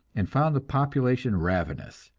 and found the population ravenous,